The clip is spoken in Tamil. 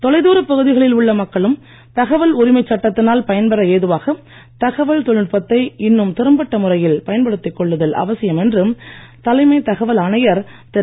தொலைதூரப் பகுதிகளில் உள்ள மக்களும் சட்டத்தினால் பயன்பெற ஏதுவாக உரிமை தகவல் தகவல் தொழில்நுட்பத்தை இன்னும் திறம்பட்ட முறையில் பயன்படுத்திக் கொள்ளுதல் அவசியம் என்று தலைமை தகவல் ஆணையர் திரு